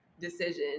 decision